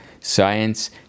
Science